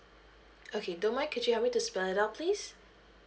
okay don't mind could you help me to spell it out please